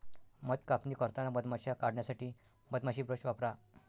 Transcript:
मध कापणी करताना मधमाश्या काढण्यासाठी मधमाशी ब्रश वापरा